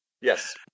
Yes